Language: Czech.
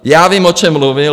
Já vím, o čem mluvil.